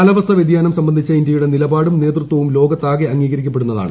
കാലാവസ്ഥാ വ്യതിയാനം സംബന്ധിച്ച ഇന്ത്യയുടെ നിലപാടും നേതൃത്വവും ലോകത്താകെ അംഗീകരിക്കപ്പെടുന്നതാണ്